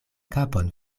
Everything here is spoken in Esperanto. kapon